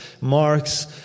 marks